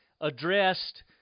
addressed